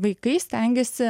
vaikai stengiasi